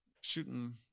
shooting